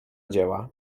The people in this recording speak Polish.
dzieła